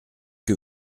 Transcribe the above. que